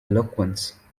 eloquence